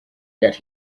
get